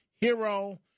hero